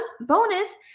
bonus